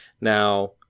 now